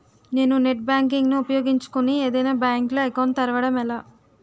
నేను net banking ను ఉపయోగించుకుని ఏదైనా బ్యాంక్ లో అకౌంట్ తెరవడం ఎలా?